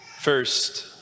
First